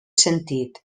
sentit